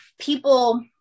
people